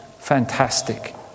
fantastic